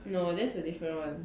no that is a different [one]